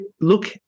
look